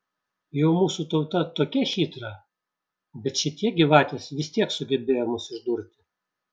jau mūsų tauta tokia chytra bet šitie gyvatės vis tiek sugebėjo mus išdurti